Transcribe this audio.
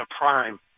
prime